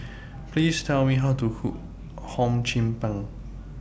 Please Tell Me How to Cook Hum Chim Peng